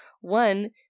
one